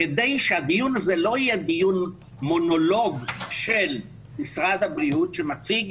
כדי שהדיון הזה לא יהיה דיון מונולוג של משרד הבריאות שמציג,